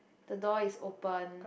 the door is open